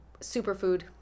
superfood